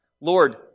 Lord